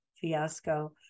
fiasco